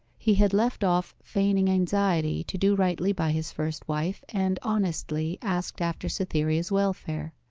he had left off feigning anxiety to do rightly by his first wife, and honestly asked after cytherea's welfare.